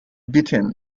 beaten